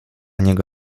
niego